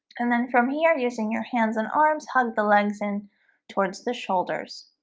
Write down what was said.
and then from here using your hands and arms hug the legs in towards the shoulders